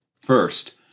First